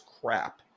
crap